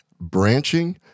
branching